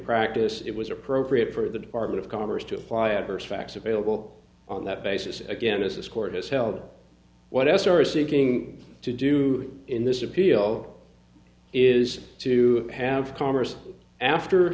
practice it was appropriate for the department of commerce to apply adverse facts available on that basis again as this court has held what us are seeking to do in this appeal is to have congress after